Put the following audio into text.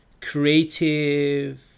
creative